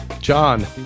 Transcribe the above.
John